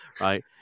right